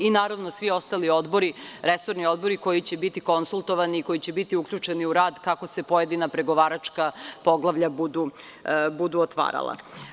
Naravno, i svi ostali resorni odbori koji će biti konsultovani i koji će biti uključeni u rad kako se koja pregovaračka poglavlja budu otvarala.